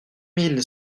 mille